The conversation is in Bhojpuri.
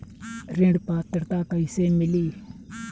ऋण पात्रता कइसे मिली?